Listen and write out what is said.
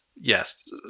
yes